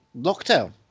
lockdown